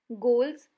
Goals